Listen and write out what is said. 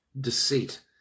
deceit